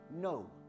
no